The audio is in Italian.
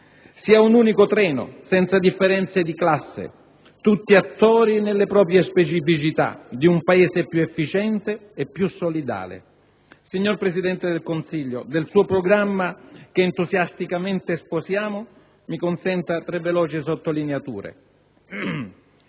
Si è un unico treno senza differenze di classe, tutti attori, nelle proprie specificità, di un Paese più efficiente e più solidale. Signor Presidente del Consiglio, del suo programma che entusiasticamente sposiamo mi consenta tre veloci sottolineature.